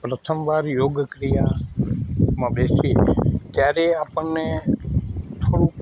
પ્રથમવાર યોગક્રિયામાં બેસીએ ત્યારે આપણને થોડુંક